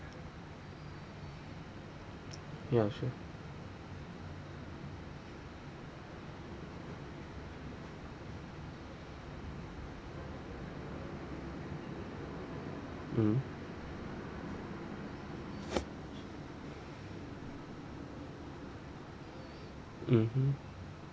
ya sure mmhmm mmhmm